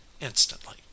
instantly